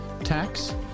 tax